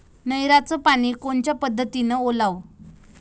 नयराचं पानी कोनच्या पद्धतीनं ओलाव?